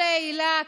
היל"ה,